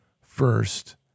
First